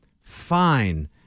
fine